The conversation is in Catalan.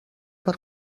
per